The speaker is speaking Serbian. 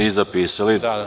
I zapisali.